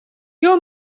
your